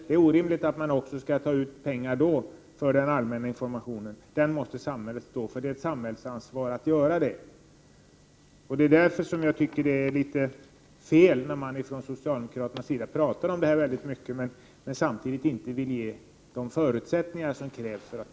Det är inte rimligt att ta ut avgifter för den allmänna informationen, för det är ju samhällets ansvar att stå för den. Därför tycker jag att det är litet fel när socialdemokraterna talar så väldigt mycket om information och rådgivning men samtidigt inte vill ge de förutsättningar som behövs.